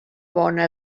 bona